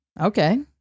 Okay